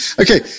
Okay